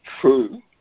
true